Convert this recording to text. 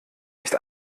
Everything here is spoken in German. nicht